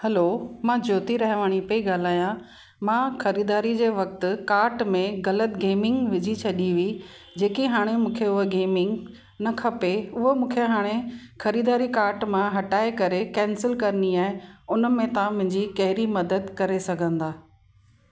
hello मां जोती रहवाणी पई ॻाल्हायां मां ख़रीदारी जे वक़्तु कार्ट में ग़लति गेमिंग विझी छॾी हुई जेकी हाणे मूंखे उहा गेमिंग न खपे उहा मूंखे हाणे ख़रीदारी कार्ट मां हटाए करे केंसिल करिणी आहे उन में तव्हां मुंहिंजी कहिड़ी मदद करे सघंदा